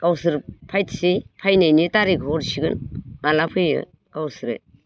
गावसोर फायथिसै फायनायनि थारिखौ हरसिगोन माला फैयो गावसोरो